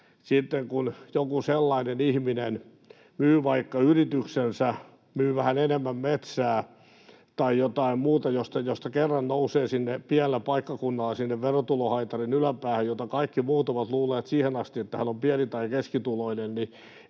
sitten kun joku ihminen myy vaikka yrityksensä tai myy vähän enemmän metsää tai jotain muuta, mistä kerran nousee pienellä paikkakunnalla sinne verotulohaitarin yläpäähän — joku sellainen, josta kaikki muut ovat luulleet siihen asti, että hän on pieni- tai keskituloinen